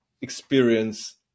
experience